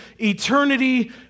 eternity